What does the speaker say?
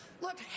Look